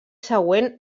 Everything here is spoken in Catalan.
següent